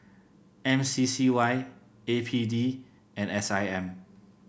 M C C Y A P D and S I M